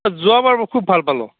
যোৱাবাৰ মই খুব ভাল পালোঁ